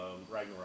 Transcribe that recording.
Ragnarok